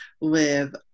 live